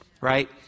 right